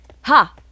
Ha